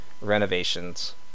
renovations